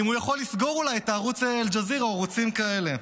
אם הוא יכול אולי לסגור את ערוץ אל-ג'זירה או ערוצים כאלה.